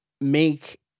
make